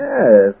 Yes